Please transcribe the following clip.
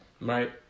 Right